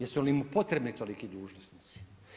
Jesu li mu potrebni toliki dužnosnici?